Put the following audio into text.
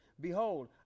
Behold